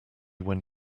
when